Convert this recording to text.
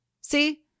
See